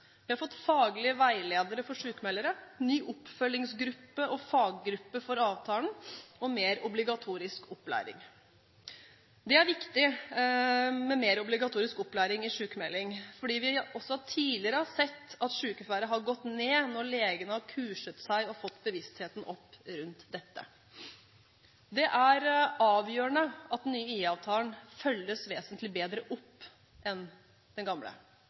vi har fått faglige veiledere for sykmeldere, ny oppfølgingsgruppe og faggruppe for avtalen og mer obligatorisk opplæring. Det er viktig med mer obligatorisk opplæring i sykmelding, fordi vi også tidligere har sett at sykefraværet har gått ned når legene er kurset og man har fått opp bevisstheten rundt dette. Det er avgjørende at den nye IA-avtalen følges vesentlig bedre opp enn den gamle,